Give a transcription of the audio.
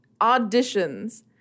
auditions